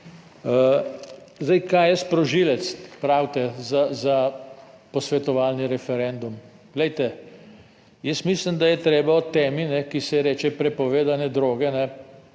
Zdaj, kaj je sprožilec, pravite za posvetovalni referendum. Glejte, jaz mislim, da je treba o temi, ki se ji reče prepovedane droge,